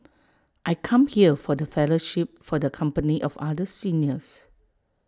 I come here for the fellowship for the company of other seniors